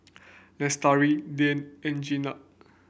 Lestari Dian and Jenab